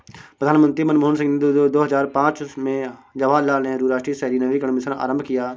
प्रधानमंत्री मनमोहन सिंह ने दो हजार पांच में जवाहरलाल नेहरू राष्ट्रीय शहरी नवीकरण मिशन आरंभ किया